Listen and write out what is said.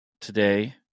today